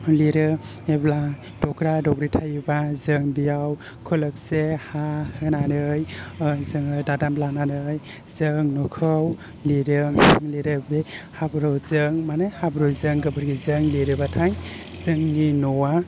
लिरो एब्ला दग्रा दग्रि थायोबा जों बियाव खरलबसे हा होनानै जोङो दादामलानानै जों न'खौ लिरो लिरो बे हाब्रुजों माने हाब्रुजों गोबोरखिजों लिरोबाथाय जोंनि न'आ